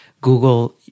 Google